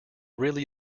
really